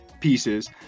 pieces